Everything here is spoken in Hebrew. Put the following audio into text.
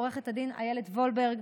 עו"ד איילת וולברג,